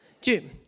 Jim